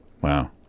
wow